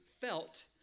felt